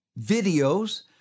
videos